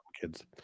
kids